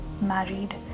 married